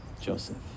Joseph